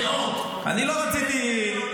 מאות --- אני לא רציתי,